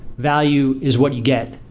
value is what you get.